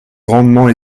grandement